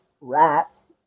rats